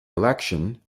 election